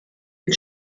mit